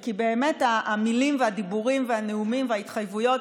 כי באמת המילים והדיבורים והנאומים וההתחייבויות,